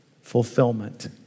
Fulfillment